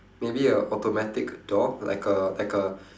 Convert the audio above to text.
maybe a automatic door like a like a